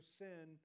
sin